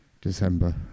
December